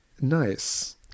nice